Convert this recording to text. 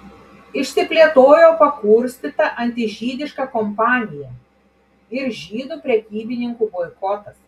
išsiplėtojo pakurstyta antižydiška kampanija ir žydų prekybininkų boikotas